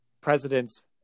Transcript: presidents